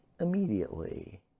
immediately